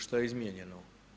Šta je izmijenjeno?